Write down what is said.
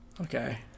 Okay